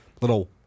little